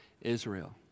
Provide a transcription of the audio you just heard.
Israel